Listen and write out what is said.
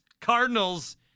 cardinals